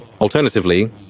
Alternatively